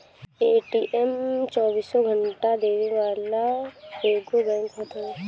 ATM चौबीसों घंटा सेवा देवे वाला एगो बैंक होत हवे